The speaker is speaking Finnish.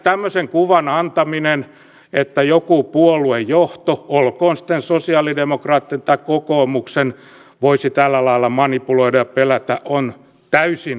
tämmöisen kuvan antaminen että joku puoluejohto olkoon sitten sosialidemokraattien tai kokoomuksen voisi tällä lailla manipuloida ja pelata on täysin perusteetonta